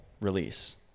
release